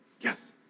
Yes